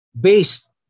based